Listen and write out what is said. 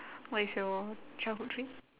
what is your childhood dream